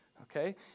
okay